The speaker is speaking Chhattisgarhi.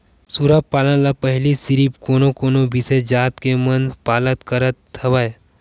सूरा पालन ल पहिली सिरिफ कोनो कोनो बिसेस जात के मन पालत करत हवय